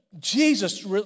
Jesus